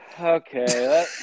okay